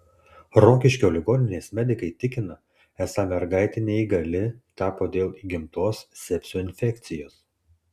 rokiškio ligoninės medikai tikina esą mergaitė neįgali tapo dėl įgimtos sepsio infekcijos